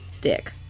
dick